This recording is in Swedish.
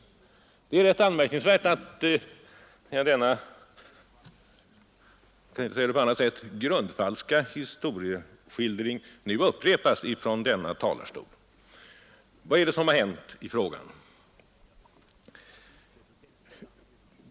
Det är rätt anmärkningsvärt att denna — jag kan inte uttrycka det på annat sätt — grundfalska historieskildring upprepas från denna talarstol, Vad är det som har hänt?